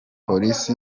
polisi